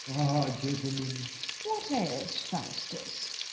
gentlemen what ails faustus?